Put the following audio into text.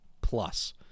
plus